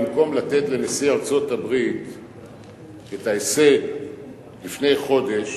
במקום לתת לנשיא ארצות-הברית את ההישג לפני חודש,